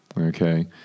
Okay